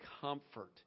comfort